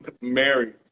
Married